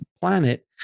planet